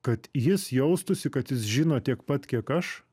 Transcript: kad jis jaustųsi kad jis žino tiek pat kiek aš